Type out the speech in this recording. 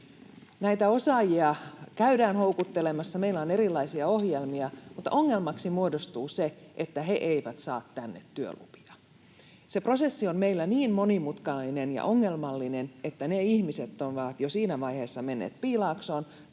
Näitä osaajia käydään houkuttelemassa. Meillä on erilaisia ohjelmia, mutta ongelmaksi muodostuu se, että he eivät saa tänne työlupia — se prosessi on meillä niin monimutkainen ja ongelmallinen, että ne ihmiset ovat siinä vaiheessa jo menneet Piilaaksoon